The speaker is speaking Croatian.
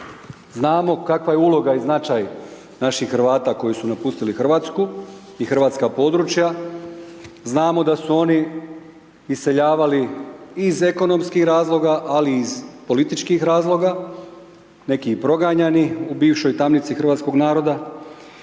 Znamo kakva je uloga i značaj naših Hrvata koji su napustili Hrvatsku i hrvatska područja, znamo da su oni iseljavali iz ekonomskih razloga, ali i iz politički razloga, neki i proganjani, u bivšoj tamnici hrvatskog naroda.